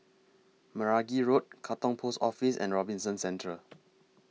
Meragi Road Katong Post Office and Robinson Centre